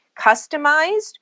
customized